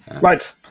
Right